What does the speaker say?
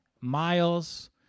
Miles